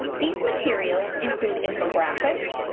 these materials include infographics,